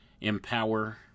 empower